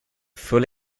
full